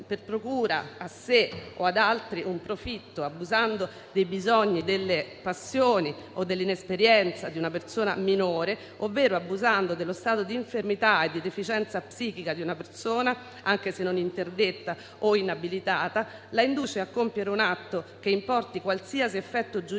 per procurare a sé o ad altri un ingiusto profitto, abusando dei bisogni, delle passioni o dell'inesperienza di una persona minore ovvero dello stato di infermità e deficienza psichica di una persona, anche se non interdetta o inabilitata, la induca a compiere un atto che comporti qualsiasi effetto giuridico